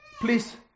please